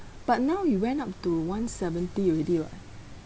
but now it went up to one seventy already [what]